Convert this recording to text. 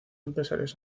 empresarios